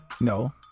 no